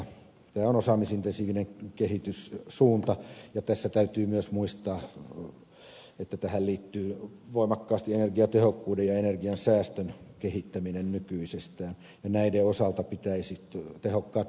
tämä on osaamisintensiivinen kehityssuunta ja tässä täytyy myös muistaa että tähän liittyy voimakkaasti energiatehokkuuden ja energiansäästön kehittäminen nykyisestään ja näiden osalta pitäisi tehokkaat toimet käynnistää